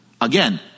Again